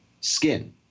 skin